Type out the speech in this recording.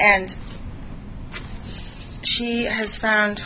and she has found